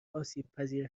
آسیبپذیر